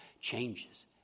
changes